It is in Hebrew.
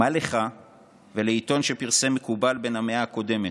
מה לך ולעיתון שפרסם מקובל בן המאה הקודמת?